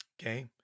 okay